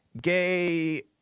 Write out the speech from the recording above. gay